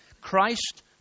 Christ